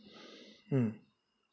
hmm